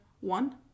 One